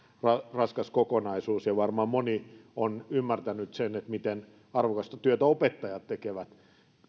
raskas kokonaisuus ja varmaan moni on ymmärtänyt sen miten arvokasta työtä opettajat tekevät